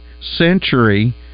century